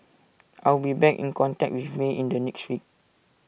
I will be back in contact with may in the next week